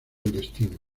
destino